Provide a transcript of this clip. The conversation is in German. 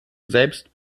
selbst